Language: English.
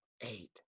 eight